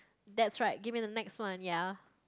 that's right give me the next one ya